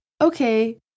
okay